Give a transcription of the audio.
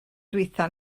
ddiwethaf